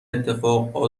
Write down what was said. اتفاق